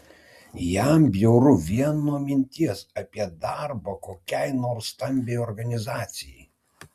jam bjauru vien nuo minties apie darbą kokiai nors stambiai organizacijai